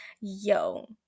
yo